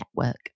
Network